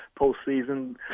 postseason